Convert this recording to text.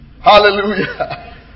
Hallelujah